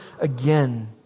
again